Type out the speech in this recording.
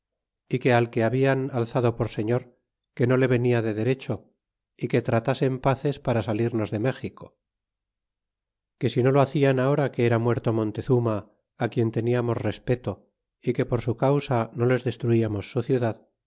que al que habian alzado por señor que no le venia de derecho é que tratas o n paces para salirnos de méxico que si no lo hacian ahora que era muerto montezuma á quien teniamos respeto y que por su causa no les destruiatnos